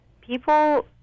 people